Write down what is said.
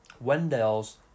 Wendell's